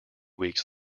weeks